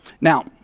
Now